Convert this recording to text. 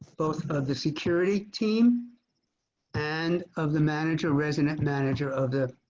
both of the security team and of the manager resident manager of the